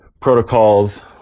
protocols